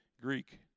Greek